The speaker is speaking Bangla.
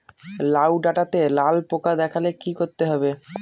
লাউ ডাটাতে লাল পোকা দেখালে কি করতে হবে?